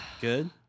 good